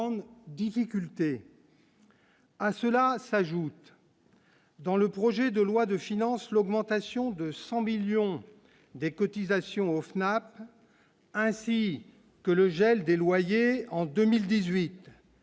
à cela s'ajoute. Dans le projet de loi de finance l'augmentation de 100 millions des cotisations Hoffmann, ainsi que le gel des loyers en 2018